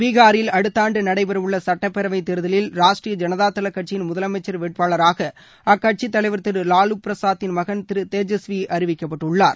பீஹாரில் அடுத்த ஆண்டு நடைபெற உள்ள சுட்டப்பேரவைத் தேர்தலில் ராஷ்ட்ரிய ஜனதாதள கட்சியின் முதலமைச்சர் வேட்பாளராக அக்கட்சித் தலைவர் திரு வாலு பிரசாதின் மகன் திரு தேஜஸ்வி அறிவிக்கப்பட்டுள்ளார்